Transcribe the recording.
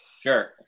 Sure